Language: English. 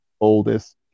oldest